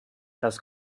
das